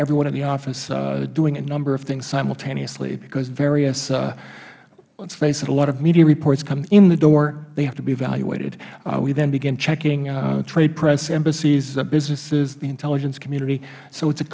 everyone in the office doing a number of things simultaneously because various let's face it a lot of media reports come in the door they have to be evaluated we then begin checking trade press embassies businesses the intelligence community so it is a